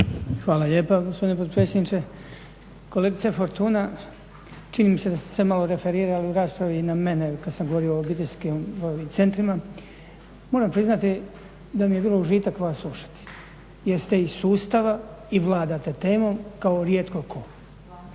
Hvala lijepa gospodine potpredsjedniče. Kolegice Fortuna, čini mi se da ste se malo referirali u raspravi i na mene kad sam govorio o obiteljskim centrima. Moram priznati da mi je bilo užitak vas slušati jer ste iz sustava i vladate temom kao rijetko tko.